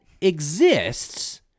exists